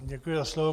Děkuji za slovo.